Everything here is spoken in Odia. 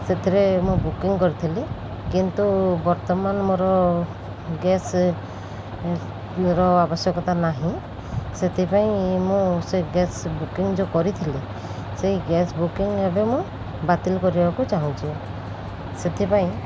ସେଥିରେ ମୁଁ ବୁକିଂ କରିଥିଲି କିନ୍ତୁ ବର୍ତ୍ତମାନ ମୋର ଗ୍ୟାସ୍ର ଆବଶ୍ୟକତା ନାହିଁ ସେଥିପାଇଁ ମୁଁ ସେ ଗ୍ୟାସ୍ ବୁକିଂ ଯେଉଁ କରିଥିଲି ସେହି ଗ୍ୟାସ୍ ବୁକିଂ ଏବେ ମୁଁ ବାତିଲ କରିବାକୁ ଚାହୁଁଛି ସେଥିପାଇଁ